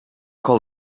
call